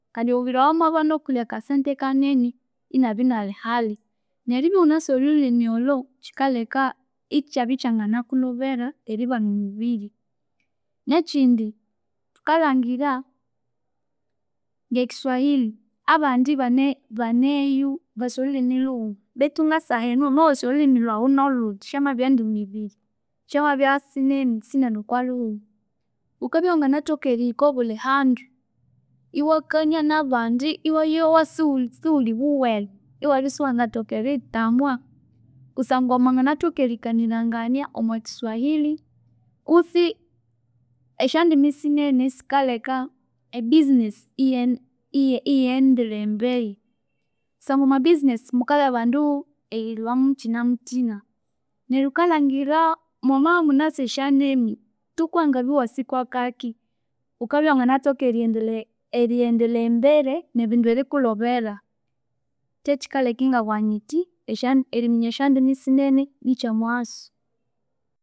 Kandi omubiri owamabana okulhi akasente kanene inabya inalhi halhi, neribya iwunasi olhulyime olho, kyikalheka ikyabya kyangana kulhobera eribana omubiri nekyindi thukalhangira nge kiswahili, abandi bane baneyo basi olhulimi lhuwuma bethu ngaseheno nowasi olhulimi lhwawu nolhundi syamabya ndimi biri syamabya sinene, sinene okolhughuma, wukabya iwanganathoka erihika oko bulhihandu iwakania nabandi iwayowa si- siwulhi wuwene, iwabya siwangathoka eriyithamwa kusangwa mwanganathoka erikanirangania, omwa kiswahili, kutsi esya ndimi sinene sikaleka ebusiness iyendelembere, kusangwa omwa business mukabya abandu erilhwa muthinamuthina, neryo wukalangira mwamabya munasi esya ndimi thukuwangabya wasi kwakaki, wukabya iwanganathoka eriyendeleya embere nebindu erikulhobera kyekyikaleka ingabuwa nyithi esya eriminya sya- ndimi sinene nikyomuwasu